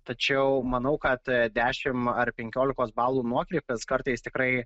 tačiau manau kad dešimt ar penkiolikos balų nuokrypis kartais tikrai